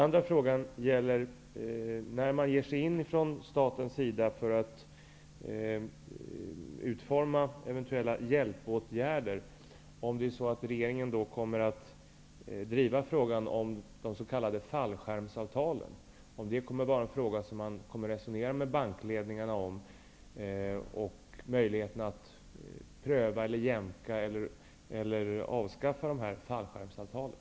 När man från nu statens sida går in och utformar eventulla hjälpåtgärder, kommer regeringen då att driva frågan om de s.k. fallskärmsavtalen? Tänker man resonera med bankledningarna om huruvida det finns möjlighet att pröva, jämka eller avskaffa fallskärmsavtalen?